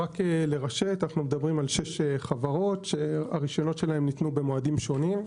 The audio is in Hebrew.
אנחנו מדברים על שש חברות שהרישיונות שלהן ניתנו במועדים שונים.